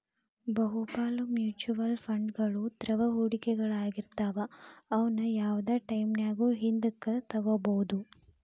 ಬಹುಪಾಲ ಮ್ಯೂಚುಯಲ್ ಫಂಡ್ಗಳು ದ್ರವ ಹೂಡಿಕೆಗಳಾಗಿರ್ತವ ಅವುನ್ನ ಯಾವ್ದ್ ಟೈಮಿನ್ಯಾಗು ಹಿಂದಕ ತೊಗೋಬೋದು